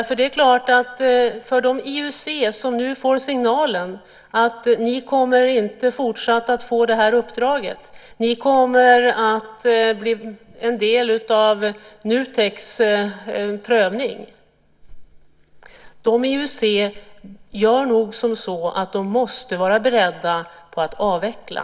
För de IUC-bolag som nu får signalen att de inte fortsatt kommer att få det här uppdraget och att de kommer att bli föremål för Nuteks prövning måste nog vara beredda att avveckla.